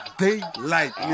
daylight